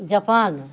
Japan